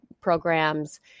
programs